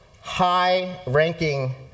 high-ranking